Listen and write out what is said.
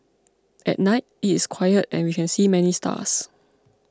at night it is quiet and we can see many stars